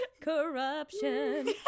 Corruption